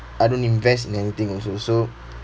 I don't invest in anything also so